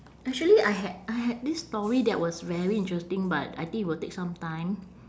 actually I h~ I had this story that was very interesting but I think will take some time